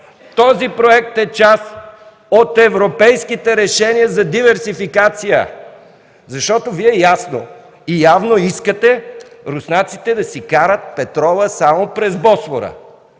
Този проект е част от европейските решения за диверсификация. Вие ясно и явно искате руснаците да си карат петрола само през Босфора.